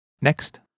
Next